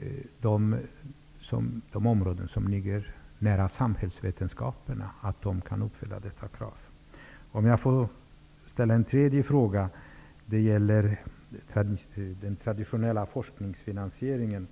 att de områden som ligger nära samhällsvetenskaperna uppfyller detta krav? Låt mig ta upp en tredje fråga. Den gäller den traditionella forskningsfinansieringen.